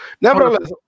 nevertheless